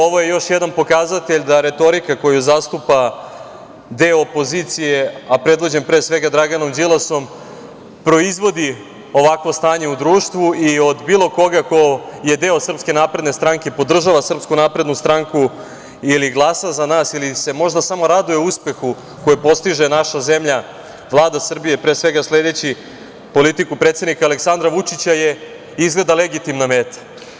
Ovo je još jedan pokazatelj da retorika koju zastupa deo opozicije, a predvođen, pre svega Draganom Đilasom proizvodi ovakvo stanje u društvu i od bilo koga ko je deo SNS podržava SNS ili glasa za nas ili se možda samo raduje uspehu koji postiže naša zemlja, Vlada Srbije, pre svega sleći politiku predsednica Aleksandra Vučića je izgleda legitimna meta.